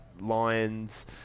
Lions